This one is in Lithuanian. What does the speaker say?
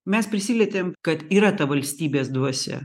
mes prisilietėm kad yra ta valstybės dvasia